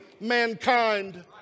mankind